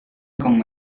como